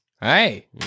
Hey